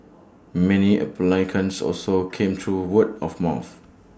many applicants also came through word of mouth